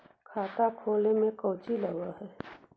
खाता खोले में कौचि लग है?